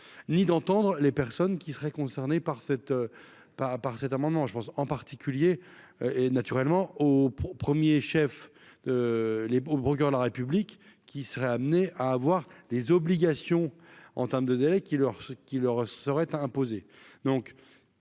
ni d'entendre les personnes qui seraient concernées par cette par, par cet amendement, je pense en particulier et, naturellement, au 1er chef les au procureur de la République qui seraient amenés à avoir des obligations en termes de délai qui leur ce qui leur seraient imposés,